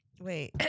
Wait